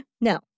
No